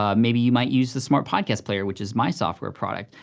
ah maybe you might use the smart podcast player, which is my software product,